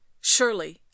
Surely